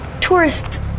tourists